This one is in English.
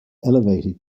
elevated